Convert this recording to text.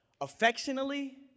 affectionately